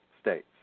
states